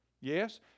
Yes